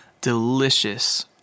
delicious